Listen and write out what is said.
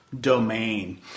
domain